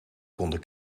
konden